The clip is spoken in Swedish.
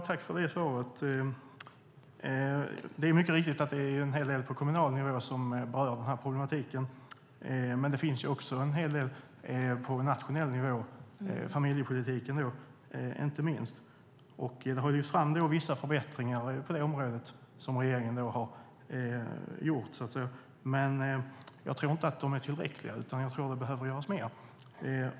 Fru talman! Det är mycket riktigt att det är en hel del på kommunal nivå som berör dessa frågor, men det finns också en hel del på nationell nivå - inte minst familjepolitik. Regeringen har gjort vissa förbättringar på området, man jag tror inte att de är tillräckliga utan det behöver göras mer.